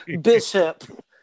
bishop